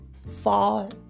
fall